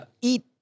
Eat